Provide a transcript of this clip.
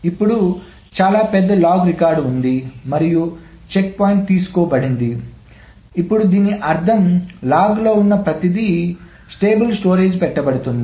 ఇప్పుడు చాలా పెద్ద లాగ్ రికార్డ్ ఉంది మరియు చెక్పాయింట్ తీసుకోబడింది ఇప్పుడు దీని అర్థం లాగ్లో ఉన్న ప్రతిదీ స్థిరమైన స్టోరేజీకి పెట్టబడుతోంది